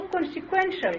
consequential